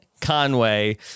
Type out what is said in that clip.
Conway